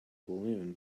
balloon